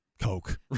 Coke